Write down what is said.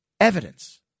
Evidence